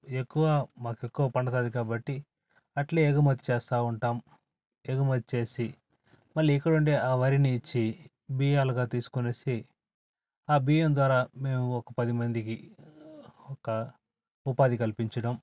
ఎక్కువ మాకు ఎక్కువ పండుతుంది కాబట్టి అట్లే ఎగుమతి చేస్తూ ఉంటాం ఎగుమతి చేసి మళ్ళీ ఇక్కడ ఉండే వరినిచ్చి బియ్యాలుగా తీసుకొనేసి ఆ బియ్యం ద్వారా మేము ఒక పది మందికి ఒక ఉపాధి కల్పించడం